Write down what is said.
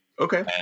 Okay